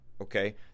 okay